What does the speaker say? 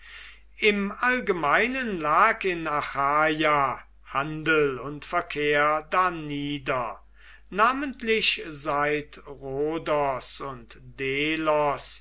im allgemeinen lag in achaia handel und verkehr darnieder namentlich seit rhodos und delos